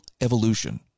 evolution